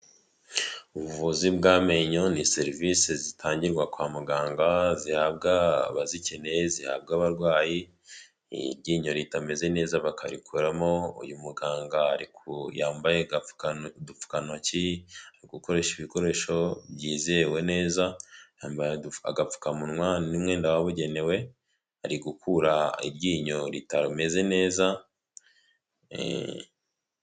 Ubuvuzi bw'amenyo ni serivisi zitangirwa kwa muganga. Zihabwa abazikeneye, zihabwa abarwayi, iryinyo ritameze neza bakarikoramo, uyu muganga yambaye agapfukantoki akoresha ibikoresho byizewe neza, yambaye agapfukamunwa n'umwenda wabugenewe, ari gukura iryinyo ritameze neza.